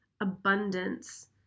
abundance